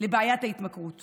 לבעיית ההתמכרויות